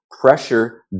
Pressure